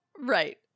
Right